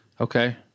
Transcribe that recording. Okay